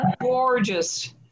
gorgeous